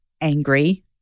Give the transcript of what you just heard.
angry